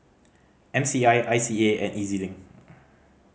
M C I I C A and E Z Link